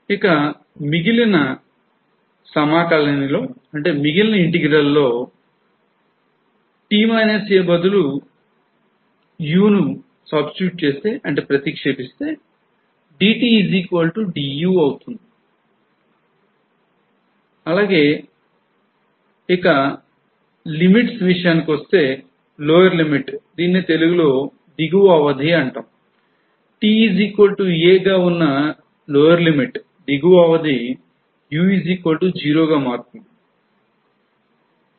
ఇక మిగిలిన సమాకలని లో integral లో t au ను ప్రతిక్షేపిస్తే substitute చేస్తే dtdu అవుతుంది